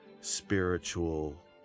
spiritual